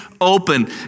open